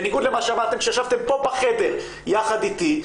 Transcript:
בניגוד למה שאמרתם כשישבתם פה בחדר יחד איתי,